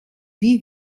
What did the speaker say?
wie